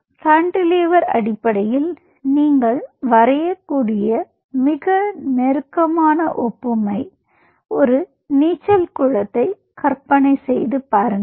cantilever அடிப்படையில் நீங்கள் வரையக்கூடிய மிக நெருக்கமான ஒப்புமை ஒரு நீச்சல் குளத்தில் கற்பனை செய்து பாருங்கள்